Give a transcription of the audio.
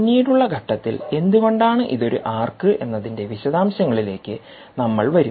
പിന്നീടുള്ള ഘട്ടത്തിൽ എന്തുകൊണ്ടാണ് ഇത് ഒരു ആർക്ക് എന്നതിന്റെ വിശദാംശങ്ങളിലേക്ക് നമ്മൾ വരും